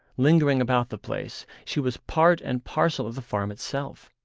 lingering about the place, she was part and parcel of the farm itself,